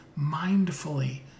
mindfully